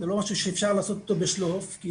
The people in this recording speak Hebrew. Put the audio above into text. זה לא משהו שאפשר לעשות אותו בשלוף כי